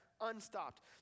unstopped